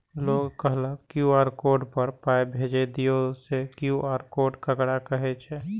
लोग कहलक QR code पर पाय भेज दियौ से क्यू.आर कोड ककरा कहै छै?